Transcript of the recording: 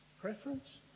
preference